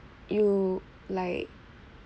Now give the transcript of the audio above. you like